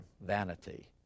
vanity